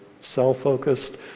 self-focused